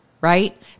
right